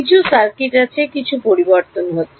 কিছু সার্কিট আছে কিছু পরিবর্তন হচ্ছে